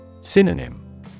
Synonym